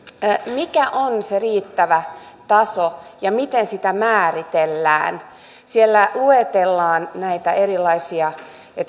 mikä on se riittävä taso ja miten sitä määritellään siellä luetellaan näitä erilaisia